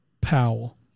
Powell